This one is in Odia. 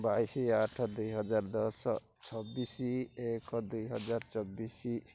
ବାଇଶ ଆଠ ଦୁଇହଜାର ଦଶ ଛବିଶ ଏକ ଦୁଇହଜାର ଚବିଶ